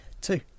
Two